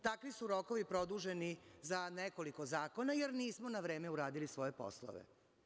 Takvi su rokovi produženi za nekoliko zakona, jer nismo na vreme uradili svoje poslove.